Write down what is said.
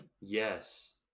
Yes